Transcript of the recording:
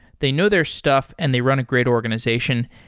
they know their stuff and they run a great organization.